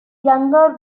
younger